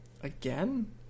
again